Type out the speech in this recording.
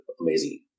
amazing